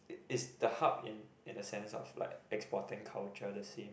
is the hub in the sense of exporting culture the same